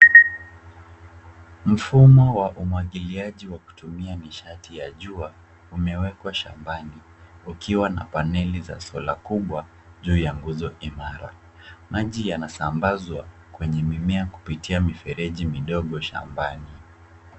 Mfumo wa umwagiliaji wa kutumia nishati ya jua umewekwa shambani, ukiwa na paneli za sola kubwa juu ya nguzo imara. Maji yanasambazwa kwenye mimea kupitia mifereji midogo shambani.